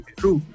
true